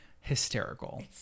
Hysterical